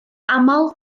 aml